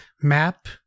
map